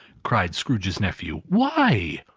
cried scrooge's nephew. why?